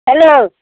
hello